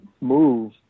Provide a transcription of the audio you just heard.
move